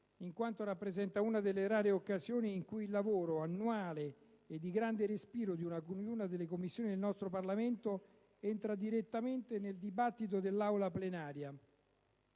in quanto rappresenta una delle rare occasioni in cui il lavoro, annuale e di grande respiro, di una delle Commissioni del nostro Parlamento entra direttamente nel dibattito dell'Aula plenaria.